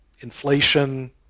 inflation